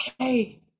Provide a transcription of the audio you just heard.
okay